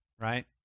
right